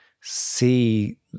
see